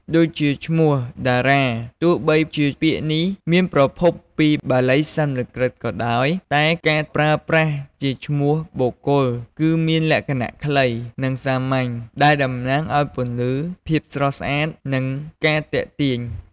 ដូចជាឈ្មោះតារា ទោះបីជាពាក្យនេះមានប្រភពពីបាលីសំស្ក្រឹតក៏ដោយ តែការប្រើប្រាស់ជាឈ្មោះបុគ្គលគឺមានលក្ខណៈខ្លី និងសាមញ្ញ ដែលតំណាងឲ្យពន្លឺ ភាពស្រស់ស្អាត និងការទាក់ទាញ។